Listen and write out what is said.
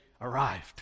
arrived